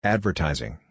Advertising